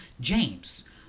James